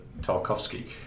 Tarkovsky